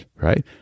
right